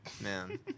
Man